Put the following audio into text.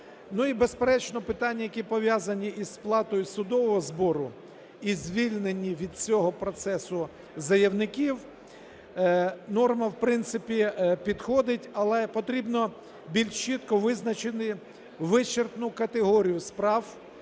безперечно, питання, які пов'язані із сплатою судового збору і звільненням від цього процесу заявників. Норма, в принципі, підходить, але потрібно більш чітко визначити вичерпну категорію справ,